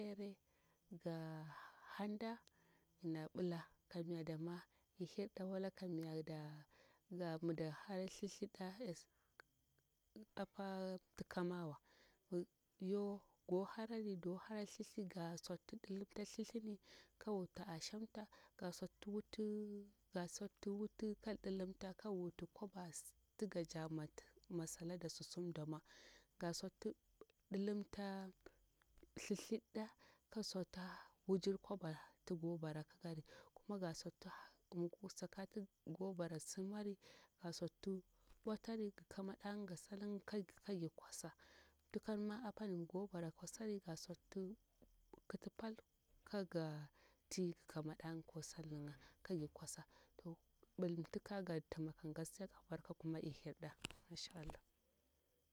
Ga handa ina bila kamya dama ihirda walakamya da ga mida hara thethirda s apa mtika mawa mi yo go harari do harari thethir ga tsokti dilimta thethini ka wuti a shamta ga tsokti wuti ga tsukti wuti kag dilimta kag wuti kwaba mas tiga ja mas lada susum damwo ga tsukti dilimta thethirda kag tsukti wujir kwala tigo barakikari kuma ga tsukti mi sakati go bara simari ga tsukti bwotari ka madanga ga salirnga ka gir kwasa mtikan ma apani mi go bara kwasari ga tsukti kiti pal kagi ti gi ka madanga ko salirnga ka gir kwasa bilir mtika ga tima kam gaskiya kam ihirda masha allah.